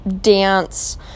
dance